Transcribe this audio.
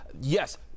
yes